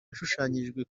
yashushanyijwe